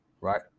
right